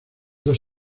dos